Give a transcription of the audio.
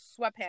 sweatpants